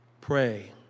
pray